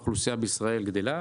האוכלוסייה בישראל גדלה,